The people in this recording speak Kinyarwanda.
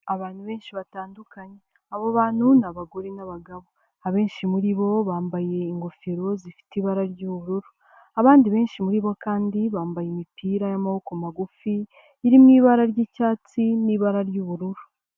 Abantu benshi batandukanye, abo bantu ni abagore n'abagabo, abenshi muri bo bambaye ingofero zifite ibara ry'ubururu, abandi benshi muri bo kandi bambaye imipira y'amaboko magufi iri mu ibara ry'icyatsi n'ibara ry'ubururu.